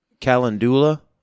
Calendula